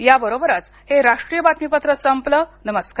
या बरोबरच हे राष्ट्रीय बातमीपत्र संपल नमस्कार